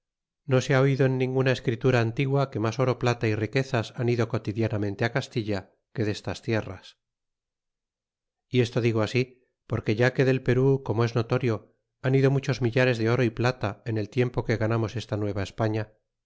no se ha oído en ninguna escritura ofir antigua que mas oro plata y riquezas han ido cotidianamente castilla que destas tierras y esto digo así porque ya que del perú como es notorio han ido muchos millares de oro y plata en el tiempo que ganamos esta